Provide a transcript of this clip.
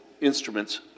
instruments